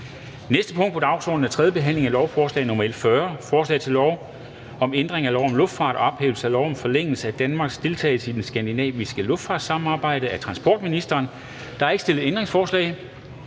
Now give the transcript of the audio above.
næste punkt på dagsordenen er: 12) 3. behandling af lovforslag nr. L 40: Forslag til lov om ændring af lov om luftfart og ophævelse af lov om forlængelse af Danmarks deltagelse i det skandinaviske luftfartssamarbejde. (Offentliggørelse af nationalitetsregisteret,